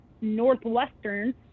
Northwestern